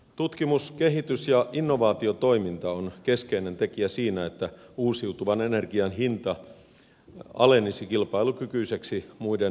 tutkimus kehitys ja innovaatiotoiminta on keskeinen tekijä siinä että uusiutuvan energian hinta alenisi kilpailukykyiseksi muiden energiavaihtoehtojen kanssa